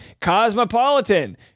Cosmopolitan